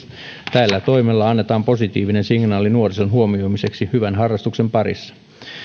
tällä toimella annetaan positiivinen signaali nuorison huomioimiseksi hyvän harrastuksen parissa